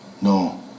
No